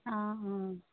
অঁ অঁ